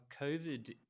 COVID